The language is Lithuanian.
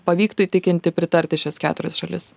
pavyktų įtikinti pritarti šias keturias šalis